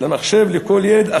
למחשב לכל ילד,